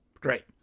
great